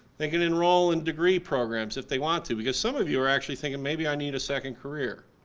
they can enrol in degree programs if they want to because some of you are actually thinking maybe i need a second career.